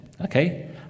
okay